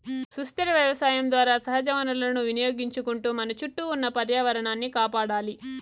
సుస్థిర వ్యవసాయం ద్వారా సహజ వనరులను వినియోగించుకుంటూ మన చుట్టూ ఉన్న పర్యావరణాన్ని కాపాడాలి